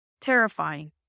terrifying